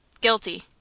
Guilty